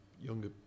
younger